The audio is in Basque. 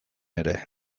ere